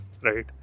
Right